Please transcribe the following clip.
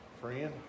Friend